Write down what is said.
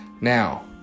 Now